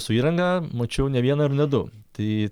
su įranga mačiau ne vieną ir ne du tai